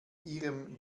ihrem